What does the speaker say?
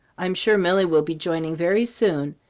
i'm sure milly will be joining very soon,